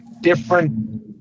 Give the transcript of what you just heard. different